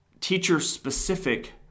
teacher-specific